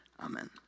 Amen